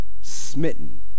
smitten